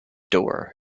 door